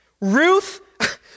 Ruth